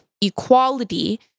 equality